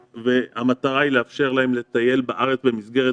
המטרה היא לאפשר להם לטייל בארץ במסגרת